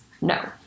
no